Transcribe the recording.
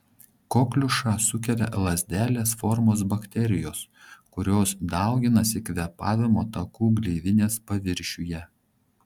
kokliušą sukelia lazdelės formos bakterijos kurios dauginasi kvėpavimo takų gleivinės paviršiuje